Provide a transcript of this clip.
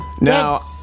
Now